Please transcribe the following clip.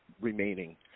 remaining